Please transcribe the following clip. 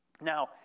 Now